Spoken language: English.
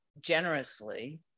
generously